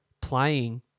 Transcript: playing